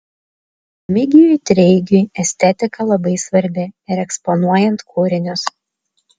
remigijui treigiui estetika labai svarbi ir eksponuojant kūrinius